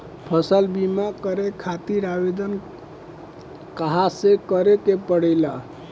फसल बीमा करे खातिर आवेदन कहाँसे करे के पड़ेला?